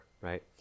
right